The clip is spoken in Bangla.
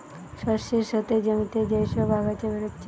শস্যের সাথে জমিতে যে সব আগাছা বেরাচ্ছে